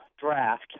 draft